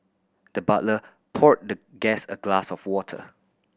the butler poured the guest a glass of water